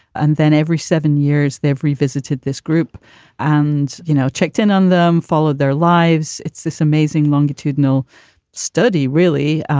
and then every seven years they've revisited this group and, you know, checked in on them, follow their lives. lives. it's this amazing. longitudinal study, really,